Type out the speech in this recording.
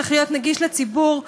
צריך להיות נגיש לציבור,